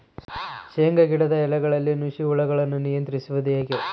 ಶೇಂಗಾ ಗಿಡದ ಎಲೆಗಳಲ್ಲಿ ನುಷಿ ಹುಳುಗಳನ್ನು ನಿಯಂತ್ರಿಸುವುದು ಹೇಗೆ?